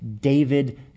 David